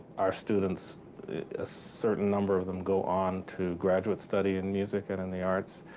our students a certain number of them go on to graduate study in music and in the arts.